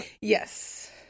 Yes